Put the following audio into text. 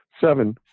seven